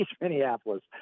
Minneapolis